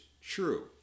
true